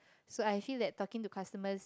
so I feel that talking to customers